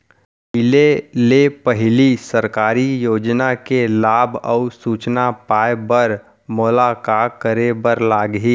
पहिले ले पहिली सरकारी योजना के लाभ अऊ सूचना पाए बर मोला का करे बर लागही?